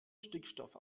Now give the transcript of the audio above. stickstoff